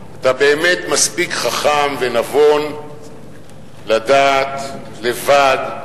אתה באמת מספיק חכם ונבון לדעת לבד.